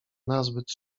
nazbyt